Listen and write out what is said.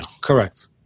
Correct